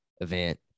event